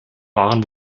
waren